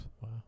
Wow